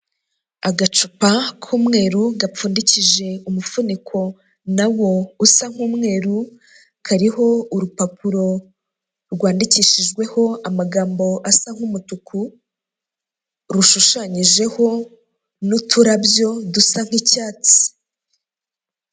Agacupa k'umweru, gapfundikije umufuniko na wo usa nk'umweru, kariho urupapuro rwandikishijweho amagambo asa nk'umutuku, rushushanyijeho n'uturabyo dusa nk'icyatsi.